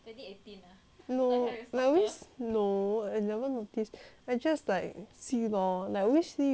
no like always no I never noticed I just like see lor like always see you always change shirt